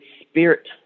spirit